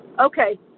Okay